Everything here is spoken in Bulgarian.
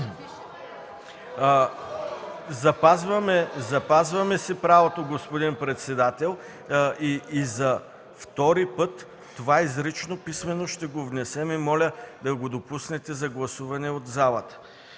Запазваме си правото, господин председател, и за втори път изрично, писмено ще го внесем и моля да го допуснете за гласуване в залата.